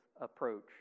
approach